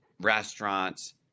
restaurants